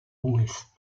ouest